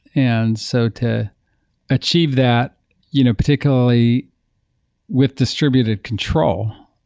and so to achieve that you know particularly with distributed control,